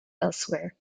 elsewhere